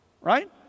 right